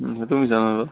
তুমি জানাটো